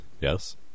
Yes